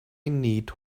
need